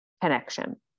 connection